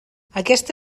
aquesta